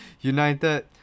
United